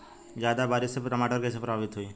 ज्यादा बारिस से टमाटर कइसे प्रभावित होयी?